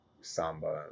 samba